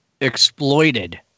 exploited